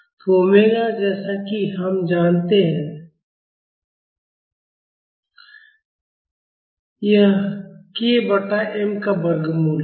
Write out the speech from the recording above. तो omega nωn जैसा कि हम जानते हैं कि यह k बटा m का वर्गमूल है